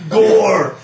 Gore